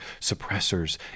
suppressors